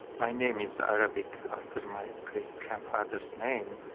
my name is arabic after my great-grandfather's name.